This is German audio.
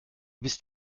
bist